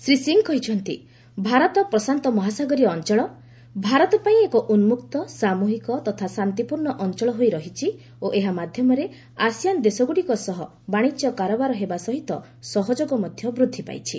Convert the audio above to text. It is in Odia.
ଶ୍ରୀ ସିଂହ କହିଛନ୍ତି ଭାରତ ପ୍ରଶାନ୍ତ ମହାସାଗୀୟ ଅଞ୍ଚଳ ଭାରତ ପାଇଁ ଏକ ଉନ୍କକ୍ତ ସାମ୍ବହିକ ତଥା ଶାନ୍ତିପୂର୍ଣ୍ଣ ଅଞ୍ଚଳ ହୋଇ ରହିଛି ଓ ଏହା ମାଧ୍ୟମରେ ଆସିଆନ୍ ଦେଶଗୁଡ଼ିକ ସହ ବାଣିଜ୍ୟ କାରବାର ହେବା ସହିତ ସହଯୋଗ ମଧ୍ୟ ବୃଦ୍ଧି ପାଇଛି